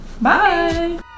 Bye